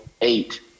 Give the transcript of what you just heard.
eight